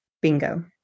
Bingo